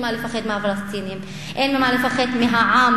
אין מה לפחד מהפלסטינים,